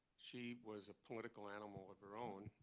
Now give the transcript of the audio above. she was a political animal of her own.